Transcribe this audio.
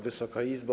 Wysoka Izbo!